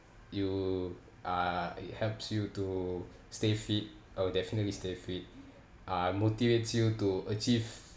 you uh it helps you to stay fit I will definitely stay fit uh motivates you to achieve